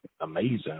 amazing